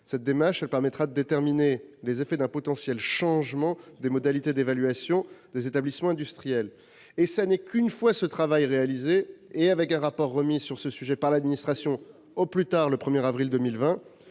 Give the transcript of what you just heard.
Cette démarche permettra de déterminer les effets d'un potentiel changement des modalités d'évaluation des établissements industriels. Ce n'est qu'une fois ce travail réalisé, et avec un rapport remis sur ce sujet par l'administration au plus tard le 1 avril 2020,